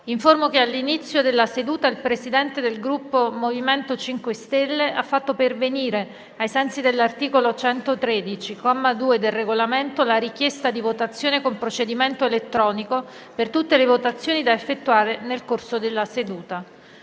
che all'inizio della seduta il Presidente del Gruppo MoVimento 5 Stelle ha fatto pervenire, ai sensi dell'articolo 113, comma 2, del Regolamento, la richiesta di votazione con procedimento elettronico per tutte le votazioni da effettuare nel corso della seduta.